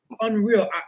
unreal